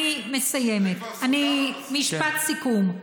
אני מסיימת, משפט סיכום.